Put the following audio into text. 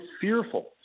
fearful